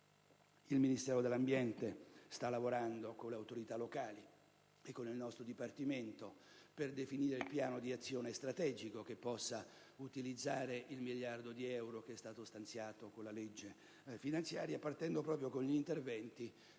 Il Ministero dell'ambiente sta lavorando con le autorità locali e con il nostro Dipartimento per definire il piano di azione strategico, al fine di utilizzare il miliardo di euro che è stato stanziato con la legge finanziaria, iniziando proprio dagli interventi